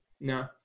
no